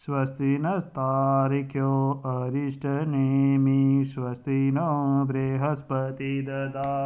स्वस्ति ना स्तारे क्यो परिष्टनेमि